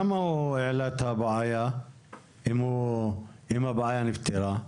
למה הוא העלה את הבעיה אם הבעיה נפתרה?